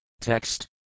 TEXT